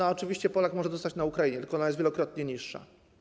Oczywiście Polak może dostać ją na Ukrainie, tylko ona jest wielokrotnie niższa.